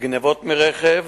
גנבות מרכב,